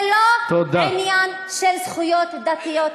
זה לא עניין של זכויות דתיות.